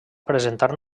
presentar